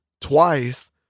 twice